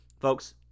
folks